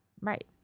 Right